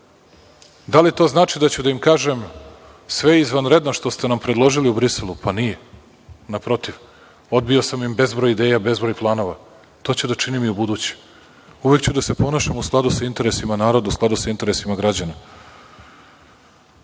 Da li to znači da ću da im kažem sve je izvanredno što ste nam predložili u Briselu. Pa, nije. Naprotiv. Odbio sam im bezbroj ideja, bezbroj planova, to ću da činim i ubuduće. Uvek ću da se ponašam u skladu sa interesima naroda, u skladu sa interesima građana.